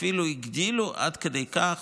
אפילו הגדילו עד כדי כך,